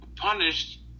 punished